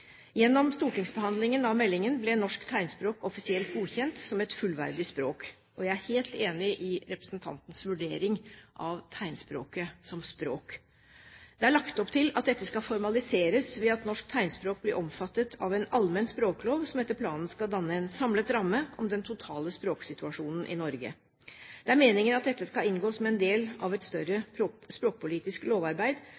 Gjennom stortingsbehandlingen av meldingen ble norsk tegnspråk offisielt godkjent som et fullverdig språk. Jeg er helt enig i representantens vurdering av tegnspråket som språk. Det er lagt opp til at dette skal formaliseres ved at norsk tegnspråk blir omfattet av allmenn språklov, som etter planen skal danne en samlet ramme om den totale språksituasjonen i Norge. Det er meningen at dette skal inngå som en del av et